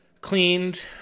Cleaned